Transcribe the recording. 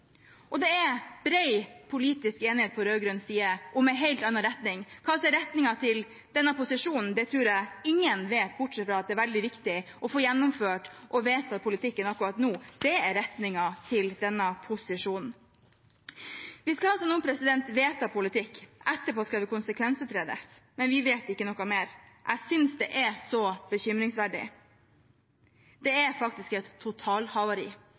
Og det er bred politisk enighet på rød-grønn side om en helt annen retning. Hva som er retningen til posisjonen, tror jeg ingen vet – bortsett fra at det er veldig viktig å få gjennomført og vedtatt politikken akkurat nå. Dét er retningen til posisjonen. Vi skal altså nå vedta politikk, og etterpå skal det konsekvensutredes. Men vi vet ikke noe mer. Jeg synes det er så bekymringsfullt. Det er faktisk et totalhavari,